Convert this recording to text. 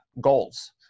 goals